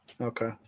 okay